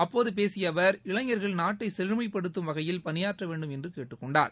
அப்போது பேசிய அவர் இளைஞர்கள் நாட்டை செழுமைப்படுத்தும் வகையில் பணியாற்ற வேண்டும் என்று கேட்டுக்கொண்டார்